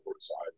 side